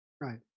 Right